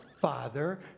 father